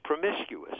promiscuous